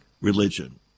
religion